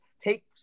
take